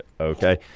Okay